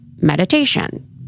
meditation